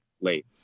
late